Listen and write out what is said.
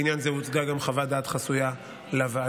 בעניין זה הוצגה גם חוות דעת חסויה לוועדה,